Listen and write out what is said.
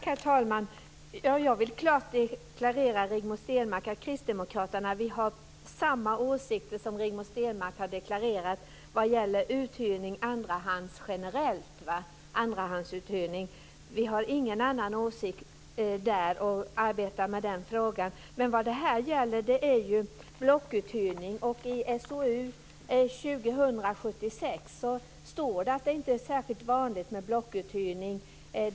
Herr talman! Jag vill klart deklarera, Rigmor Stenmark, att Kristdemokraterna har samma åsikter som Rigmor Stenmark har deklarerat vad gäller andrahandsuthyrning generellt. Vi har ingen annan åsikt, och vi arbetar med den frågan. Men vad det här gäller är ju blockuthyrning. I SOU 2000:76 står det att det inte är särskilt vanligt med blockuthyrning.